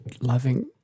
loving